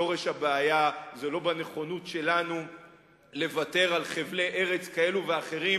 שורש הבעיה זה לא נכונות שלנו לוותר על חבלי ארץ כאלה ואחרים